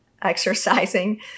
exercising